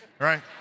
right